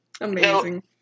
Amazing